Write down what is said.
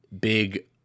big